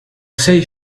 sei